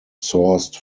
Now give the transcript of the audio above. sourced